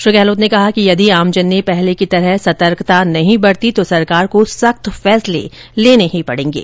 श्री गहलोत ने कहा कि यदि आमजन ने पहले की तरह सतर्कता नहीं बरती तो सरकार को सख्त फैसले लेने ही पड़ेंगे